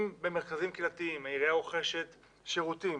במרכזים קהילתיים העירייה רוכשת שירותים